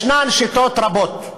יש שיטות רבות,